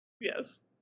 Yes